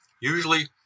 usually